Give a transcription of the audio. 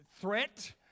threat